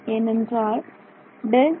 ஏனென்றால் ∇